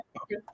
Okay